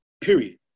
period